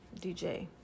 DJ